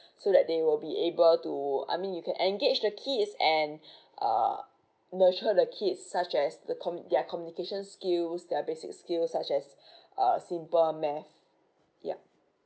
so that they will be able to I mean you can engage the kids and uh nurture the kids such as the com~ their communication skills their basic skills such as uh simple math yeah